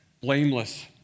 blameless